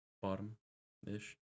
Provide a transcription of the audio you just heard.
Bottom-ish